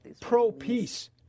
pro-peace